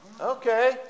Okay